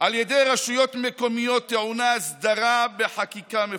על ידי רשויות מקומיות טעונה הסדרה בחקיקה מפורטת.